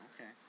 Okay